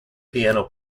piano